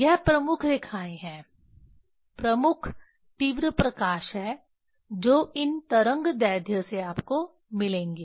यह प्रमुख रेखाएं हैं प्रमुख तीव्र प्रकाश है जो इन तरंगदैर्ध्य से आपको मिलेंगे